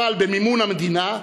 אבל במימון המדינה,